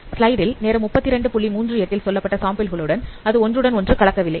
ஸ்லைடில் நேரம் 3238 சொல்லப்பட்ட சாம்பிள் களுடன் அது ஒன்றுடன் ஒன்று கலக்கவில்லை